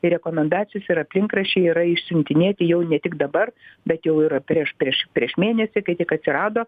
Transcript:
ir rekomendacijos ir aplinkraščiai yra išsiuntinėti jau ne tik dabar bet jau ir prieš prieš prieš mėnesį kai tik atsirado